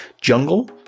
jungle